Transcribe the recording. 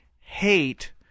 hate